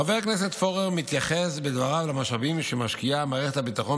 חבר הכנסת פורר מתייחס בדבריו למשאבים שמשקיעה מערכת הביטחון